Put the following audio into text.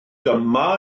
dyma